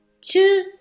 Two